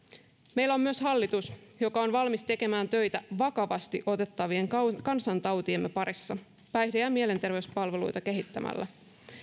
meillä on myös hallitus joka on valmis tekemään töitä vakavasti otettavien kansantautiemme parissa päihde ja ja mielenterveyspalveluita kehittämällä